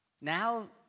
Now